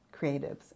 creatives